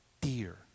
dear